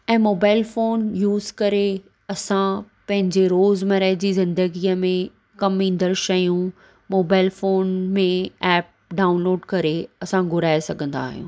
ऐं mobile phone use करे असां पंहिंजी रोॼमर्रा जी जिंदॻीअ में कमु इंदड़ शयूं मोबाइल फोन में ऐप डाउनलोड करे असां घुराये सघंदा आहियूं